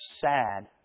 sad